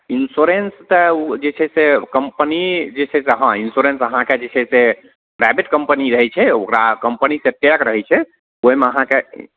insurance तऽ जे छै से कम्पनी जे छै से हँ इन्श्योरेन्स अहाँके जे छै से प्राइवेट कम्पनी रहय छै ओकरा कम्पनीसँ टैग रहय छै ओइमे अहाँके